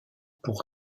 pour